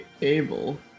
able